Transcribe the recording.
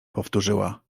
powtórzyła